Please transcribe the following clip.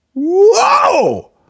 Whoa